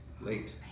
late